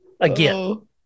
Again